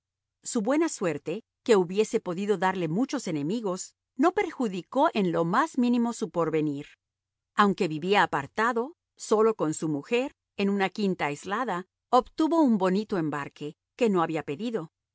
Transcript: su buena suerte que hubiese podido darle muchos enemigos no perjudicó en lo más mínimo su porvenir aunque vivía apartado solo con su mujer en una quinta aislada obtuvo un bonito embarque que no había pedido